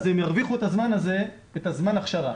אז הם ירוויחו את זמן ההכשרה.